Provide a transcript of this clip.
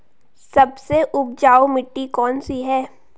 सबसे उपजाऊ मिट्टी कौन सी है?